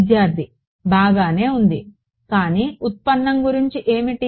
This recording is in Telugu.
విద్యార్థి బాగానే ఉంది కానీ ఉత్పన్నం గురించి ఏమిటి